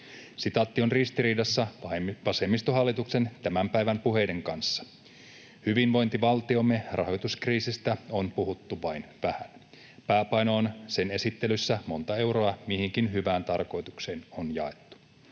Sitaatti on ristiriidassa vasemmistohallituksen tämän päivän puheiden kanssa. Hyvinvointivaltiomme rahoituskriisistä on puhuttu vain vähän. Pääpaino on sen esittelyssä, montako euroa mihinkin hyvään tarkoitukseen on jaettu.